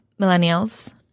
millennials